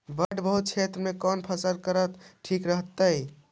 बाढ़ बहुल क्षेत्र में कौन फसल करल ठीक रहतइ?